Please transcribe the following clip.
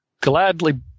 gladly